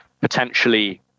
potentially